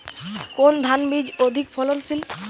কোন ধান বীজ অধিক ফলনশীল?